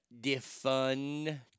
defund